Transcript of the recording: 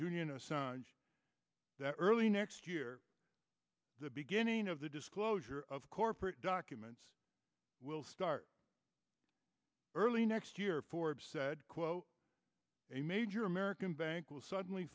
that early next year the beginning of the disclosure of corporate documents will start early next year forbes said quote a major american bank will suddenly